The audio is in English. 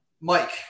Mike